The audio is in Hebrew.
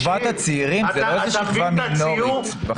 שכבת הצעירים זה לא איזה שכבה מינורית בחברה.